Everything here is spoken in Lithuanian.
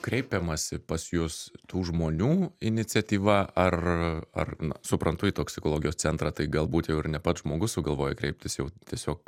kreipiamasi pas jus tų žmonių iniciatyva ar ar suprantu į toksikologijos centrą tai galbūt jau ir ne pats žmogus sugalvoja kreiptis jau tiesiog